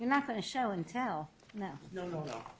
you're not going to show and tell no no no